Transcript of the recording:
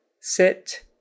sit